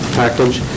package